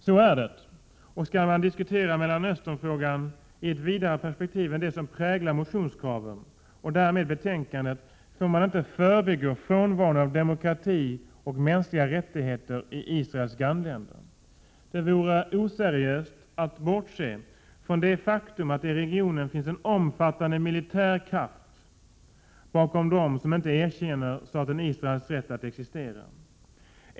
Så är det, och skall man diskutera Mellanösternfrågan i ett vidare 83 perspektiv än det som präglar motionskraven och därmed betänkandet får man inte förbigå frånvaron av demokrati och mänskliga rättigheter i Israels grannländer. Det vore oseriöst att bortse från det faktum att det i regionen finns en omfattande militär kraft bakom dem som inte erkänner staten Israels rätt att existera.